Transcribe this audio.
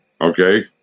Okay